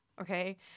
okay